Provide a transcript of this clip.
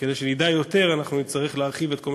כדי שנדע יותר נצטרך להרחיב את כל מה